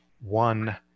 one